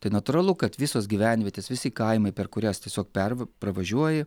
tai natūralu kad visos gyvenvietės visi kaimai per kurias tiesiog perv pravažiuoji